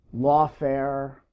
lawfare